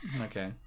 Okay